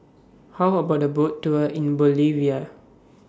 How about A Boat Tour in Bolivia